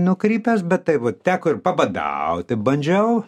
nukrypęs bet taip vat teko pabadauti bandžiau